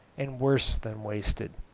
and worse than wasted.